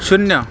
शून्य